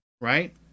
right